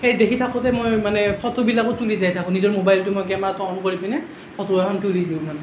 সেই দেখি থাকোতেই মই মানে ফটোবিলাকো তুলি যায় থাকো নিজৰ মোবাইলটো মই কেমেৰাটো অন কৰি কেনে ফটো এখন তুলি দিওঁ মানে